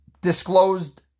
disclosed